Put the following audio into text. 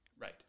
Right